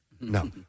No